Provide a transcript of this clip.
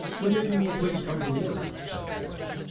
the meeting will please come to order, said forbes.